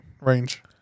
range